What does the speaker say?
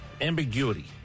ambiguity